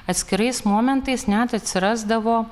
atskirais momentais net atsirasdavo